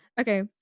Okay